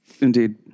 Indeed